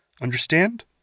Understand